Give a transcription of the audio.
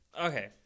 Okay